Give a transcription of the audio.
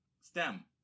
STEM